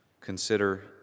consider